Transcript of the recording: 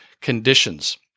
conditions